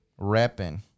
repping